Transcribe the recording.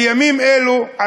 בימים אלו,